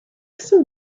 some